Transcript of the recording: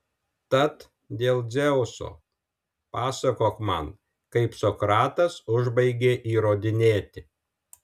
tad dėl dzeuso pasakok man kaip sokratas užbaigė įrodinėti